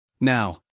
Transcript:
Now